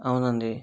అవునండీ